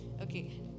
Okay